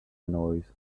noise